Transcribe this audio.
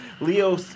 Leo